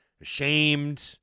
Ashamed